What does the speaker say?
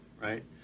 right